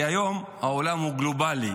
כי היום העולם הוא גלובלי.